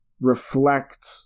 reflect